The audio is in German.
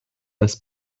das